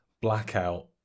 Blackout